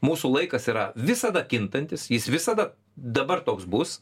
mūsų laikas yra visada kintantis jis visada dabar toks bus